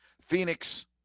Phoenix